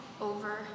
over